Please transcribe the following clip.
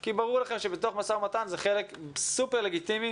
כי ברור לכם שבתוך משא-ומתן זה חלק סופר לגיטימי